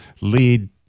lead